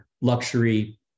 luxury